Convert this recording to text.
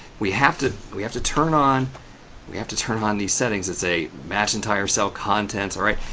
we have to we have to turn on we have to turn on these settings that say, match entire cell contents, all right?